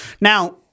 now